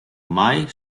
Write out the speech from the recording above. mai